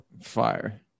Fire